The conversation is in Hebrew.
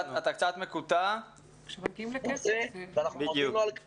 אנחנו פועלים בזה וזה בעצם נותן מענה תזרימי עד שנראה את התמונה המלאה.